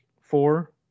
four